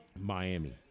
Miami